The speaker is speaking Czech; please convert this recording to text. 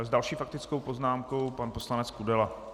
S další faktickou poznámkou pan poslanec Kudela.